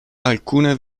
alcune